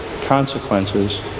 consequences